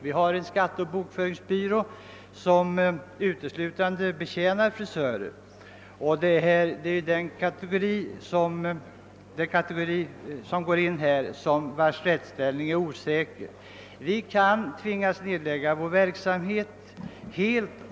Vi har en skatteoch bokföringsbyrå, som uteslutande betjänar frisörer, men eftersom rättsställningen för denna kategori är osäker så kan vi tvingas nedlägga vår verksamhet helt.